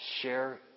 share